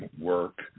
work